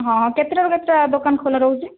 ହଁ କେତେଟାରୁ କେତେଟା ଦୋକାନ ଖୋଲା ରହୁଛି